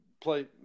play